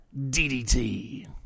DDT